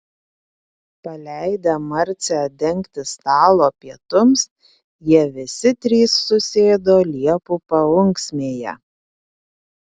paleidę marcę dengti stalo pietums jie visi trys susėdo liepų paūksmėje